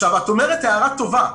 את מעירה הערה טובה.